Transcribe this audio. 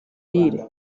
lille